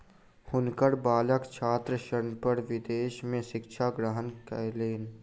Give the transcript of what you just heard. हुनकर बालक छात्र ऋण पर विदेश में शिक्षा ग्रहण कयलैन